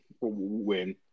win